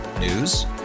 News